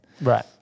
Right